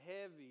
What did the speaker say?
heavy